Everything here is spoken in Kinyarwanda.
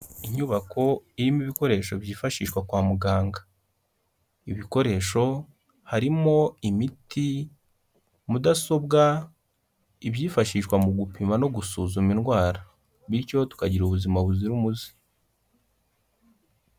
Inyubako irimo ibikoresho byifashishwa kwa muganga, ibikoresho harimo imiti, mudasobwa, ibyifashishwa mu gupima no gusuzuma indwara bityo tukagira ubuzima buzira umuze.